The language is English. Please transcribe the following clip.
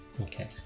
Okay